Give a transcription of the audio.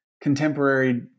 contemporary